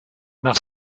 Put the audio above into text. nach